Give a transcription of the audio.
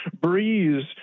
breeze